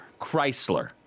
Chrysler